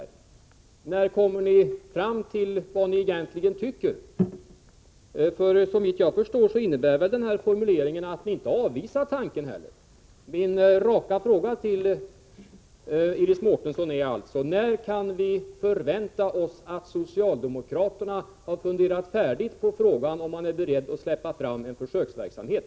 När kommer ni fram till vad ni egentligen tycker? Såvitt jag förstår innebär denna formulering att de inte avvisar tanken på försöksverksamhet. Min raka fråga till Iris Mårtensson är alltså: När kan vi förvänta oss att socialdemokraterna har funderat färdigt på om de är beredda att släppa fram en försöksverksamhet?